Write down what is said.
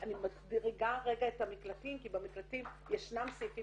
אני מחריגה את המקלטים כי במקלטים ישנם סעיפים